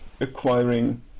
acquiring